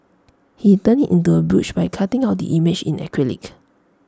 he turned IT into A brooch by cutting out the image in acrylic